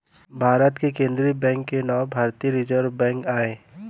भारत के केंद्रीय बेंक के नांव भारतीय रिजर्व बेंक आय